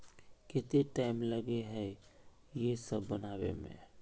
केते टाइम लगे है ये सब बनावे में?